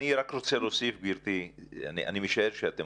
אני רק רוצה להוסיף גבירתי - אני משער שאתם